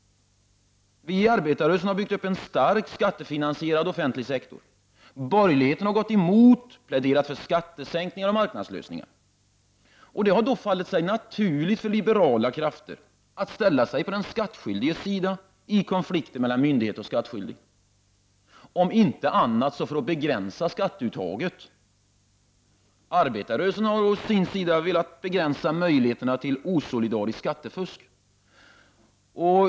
Vi i arbetarrörelsen har byggt upp en stark skattefinansierad offentlig sektor. Borgerligheten har gått emot detta och har pläderat för skattesänkningar och marknadslösningar. Det har då fallit sig naturligt för liberala krafter att ställa sig på den skattskyldiges sida i konflikter mellan myndighet och skattskyldig — om inte annat så för att begränsa skatteuttaget. Arbetarrörelsen har å sin sida velat begränsa möjligheten till osolidariskt skattefusk.